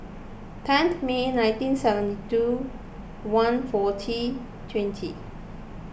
teen May nineteen seventy two one forty twenty